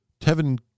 tevin